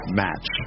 match